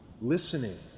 Listening